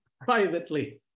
privately